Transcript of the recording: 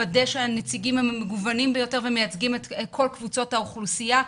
לוודא שהנציגים הם המגוונים ביותר ומייצגים את כל קבוצות האוכלוסייה,